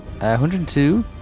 102